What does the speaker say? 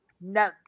no